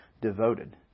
devoted